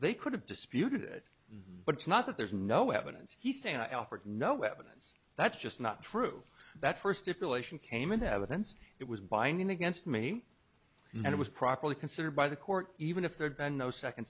they could have disputed but it's not that there's no evidence he's saying i offered no evidence that's just not true that first if elation came into evidence it was binding against me and it was properly considered by the court even if there'd been no second